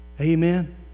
Amen